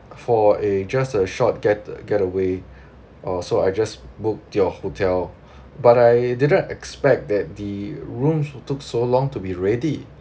for a just a short get getaway uh so I just booked your hotel but I didn't expect that the rooms took so long to be ready